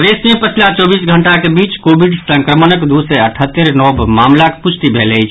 प्रदेश मे पछिला चौबीस घंटाक बीच कोविड संक्रमणक दू सय अठतरि नव मामिलाक पुष्टि भेल अछि